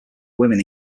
women